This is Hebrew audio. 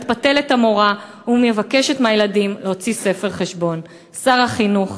מתפתלת המורה ומבקשת מהילדים להוציא ספר חשבון." שר החינוך,